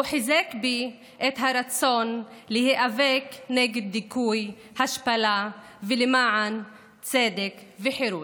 הוא חיזק בי את הרצון להיאבק נגד דיכוי והשפלה ולמען צדק וחירות.